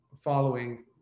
following